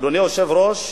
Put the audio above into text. אדוני היושב-ראש,